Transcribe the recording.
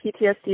PTSD